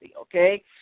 okay